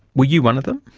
were you one of them?